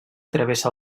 travessa